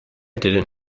didn’t